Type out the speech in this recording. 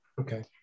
okay